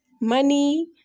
money